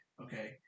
okay